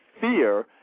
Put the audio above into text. fear